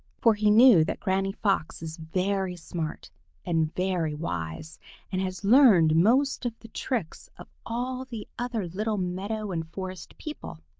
for he knew that granny fox is very smart and very wise and has learned most of the tricks of all the other little meadow and forest people.